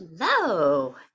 Hello